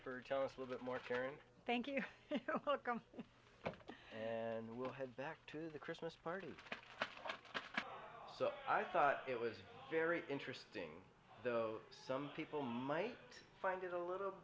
us a little bit more karen thank you and then we'll head back to the christmas party so i thought it was very interesting so some people might find it a little